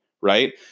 right